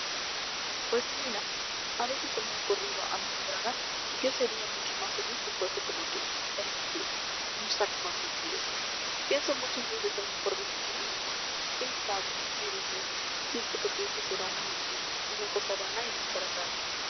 pues mira a veces se me ha ocurrido amigo bragas que yo sería mucho más feliz si fuese como tú es decir un saco con sentidos pienso muchas veces en mi porvenir y digo quién sabe vive dios si esto que pienso será una mentira una cosa vana y disparatada